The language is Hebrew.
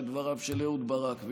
כדבריו של אהוד ברק,